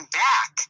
back